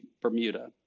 Bermuda